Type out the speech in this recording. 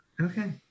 Okay